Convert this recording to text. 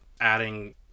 adding